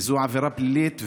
וזו עבירה פלילית,